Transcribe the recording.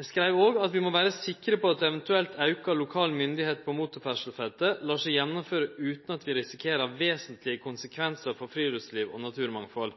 Eg skreiv òg: «Vi må være sikre på at eventuell økt lokal myndighet på motorferdselsfeltet lar seg gjennomføre uten at vi risikerer vesentlige konsekvenser for friluftsliv og naturmangfold.»